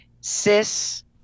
cis